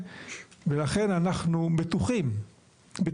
אם המדינה לא תפעל מתוך הסכמה לאומית לא מלאה, אך